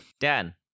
Dan